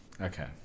Okay